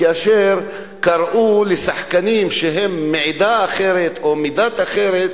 כאשר קראו לשחקנים שהם מעדה אחרת או מדת אחרת,